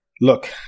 look